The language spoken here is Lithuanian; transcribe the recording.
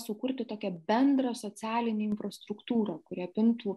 sukurti tokią bendrą socialinę infrastruktūrą kuri apimtų